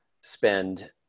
spend